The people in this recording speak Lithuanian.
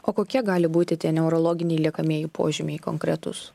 o kokie gali būti tie neurologiniai liekamieji požymiai konkretūs